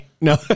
No